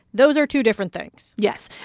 those are two different things yes.